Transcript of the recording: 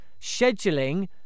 scheduling